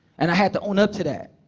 and i had to own up to that.